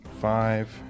Five